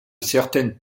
certaines